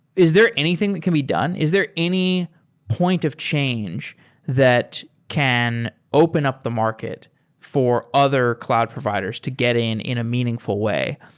is there anything that can be done? is there any point of change that can open up the market for other cloud providers to get in in a meaningful way?